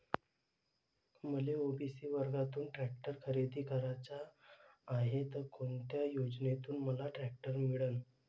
मले ओ.बी.सी वर्गातून टॅक्टर खरेदी कराचा हाये त कोनच्या योजनेतून मले टॅक्टर मिळन?